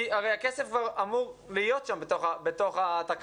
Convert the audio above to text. הרי הכסף כבר אמור להיות שם בתוך התקנה,